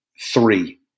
three